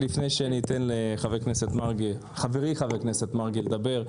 לפני שאני אתן לחברי חבר הכנסת מרגי לדבר,